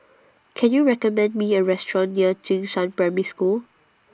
Can YOU recommend Me A Restaurant near Jing Shan Primary School